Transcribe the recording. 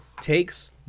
takes